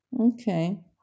Okay